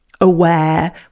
aware